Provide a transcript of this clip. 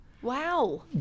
Wow